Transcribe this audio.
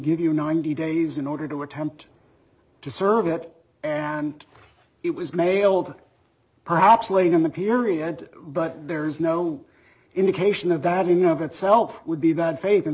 give you ninety days in order to attempt to serve it and it was mailed perhaps late in the period but there is no indication of that in of itself would be bad faith